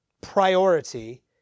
priority